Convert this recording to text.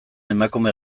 emakume